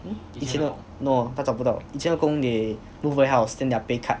嗯几时的 no 他找不到以前的 they move warehouse then their pay cut